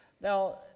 Now